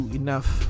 enough